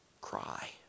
cry